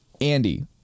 Andy